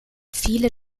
viele